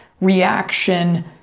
reaction